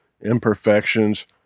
imperfections